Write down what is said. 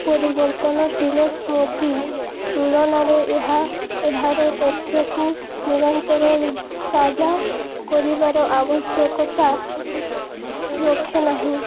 ପରିବର୍ତ୍ତନଶୀଳ ସ୍ମୃତି ତୁଳନାରେ ଏହା ଏହାର ତଥ୍ୟକୁ ନିରନ୍ତର ତାଜା କରିବାର ଆବଶ୍ୟକତା ରଖେନାହିଁ